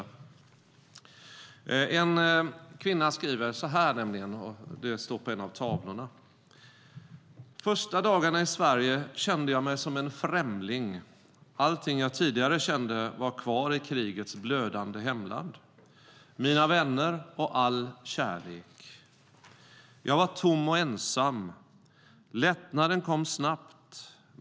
På en av tavlorna står det så här:Lättnaden kom snabbt.